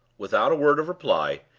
without a word of reply,